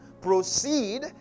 proceed